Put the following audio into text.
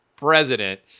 President